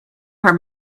her